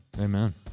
amen